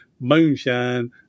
moonshine